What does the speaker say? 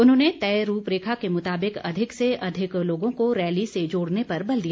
उन्होंने तय रूपरेखा के मुताबिक अधिक से अधिक लोगों को रैली से जोड़ने पर बल दिया